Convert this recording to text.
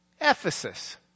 Ephesus